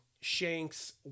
Shanks